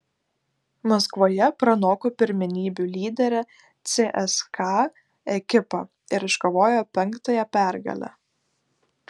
maskvoje pranoko pirmenybių lyderę cska ekipą ir iškovojo penktąją pergalę